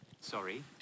Sorry